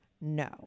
No